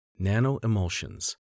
Nanoemulsions